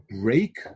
break